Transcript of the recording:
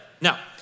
Now